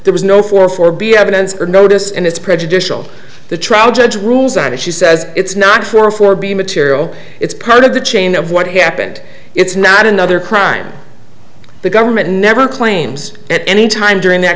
there was no four for be evidence or notice and it's prejudicial the trial judge rules that if she says it's not true or for be material it's part of the chain of what happened it's not another crime the government never claims at any time during that